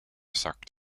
sucked